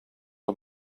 que